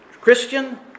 Christian